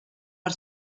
per